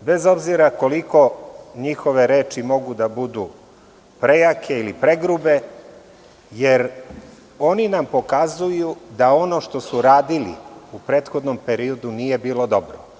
bez obzira koliko njihove reči mogu da budu prejake ili pregrube, jer nam oni pokazuju da ono što su radili u prethodnom periodu nije bilo dobro.